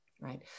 right